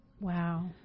Wow